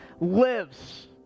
lives